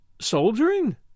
Soldiering